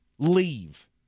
leave